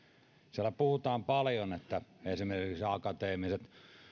siellä puhutaan paljon esimerkiksi siitä että akateemisista